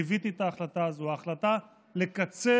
ליוויתי את ההחלטה הזאת, ההחלטה לקצר